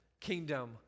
kingdom